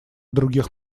других